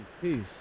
peace